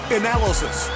analysis